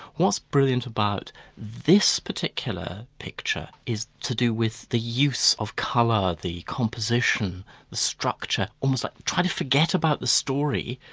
what's brilliant about this particular picture is to do with the use of colour, the composition, the structure, almost like, try to forget about the story,